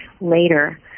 later